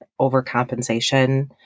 overcompensation